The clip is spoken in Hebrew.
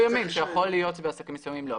שיכול להיות שבעסקים מסוימים לא,